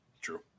True